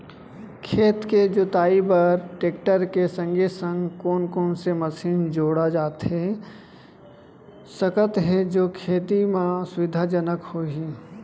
खेत के जुताई बर टेकटर के संगे संग कोन कोन से मशीन जोड़ा जाथे सकत हे जो खेती म सुविधाजनक होही?